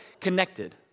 Connected